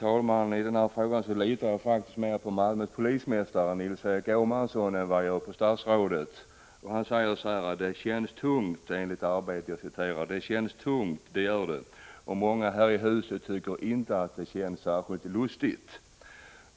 Herr talman! I den här frågan litar jag faktiskt mer på polismästaren i Malmö, Nils Erik Åhmansson, än på statsrådet. Polismästaren säger enligt tidningen Arbetet: Det känns tungt, det gör det, och många här i huset tycker inte att det känns särskilt lustigt.